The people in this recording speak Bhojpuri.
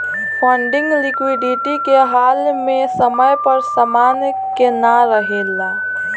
फंडिंग लिक्विडिटी के हाल में समय पर समान के ना रेहला